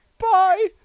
Bye